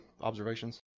observations